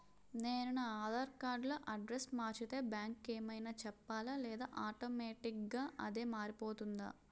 నేను నా ఆధార్ కార్డ్ లో అడ్రెస్స్ మార్చితే బ్యాంక్ కి ఏమైనా చెప్పాలా లేదా ఆటోమేటిక్గా అదే మారిపోతుందా?